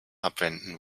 abwenden